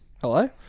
Hello